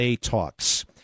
Talks